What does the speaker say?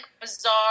bizarre